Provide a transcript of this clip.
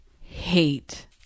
hate